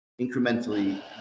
incrementally